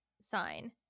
sign